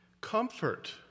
Comfort